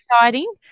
exciting